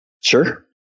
Sure